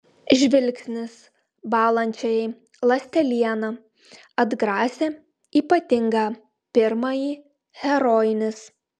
žvilgsnis bąlančiajai ląsteliena atgrasė ypatingą pirmąjį herojinis